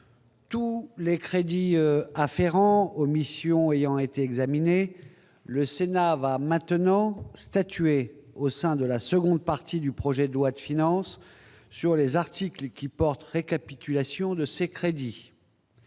Tous les crédits afférents aux missions ayant été examinés, le Sénat va maintenant statuer, au sein de la seconde partie du projet de loi de finances, sur les articles qui portent récapitulation de ces crédits.